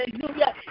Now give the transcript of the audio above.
Hallelujah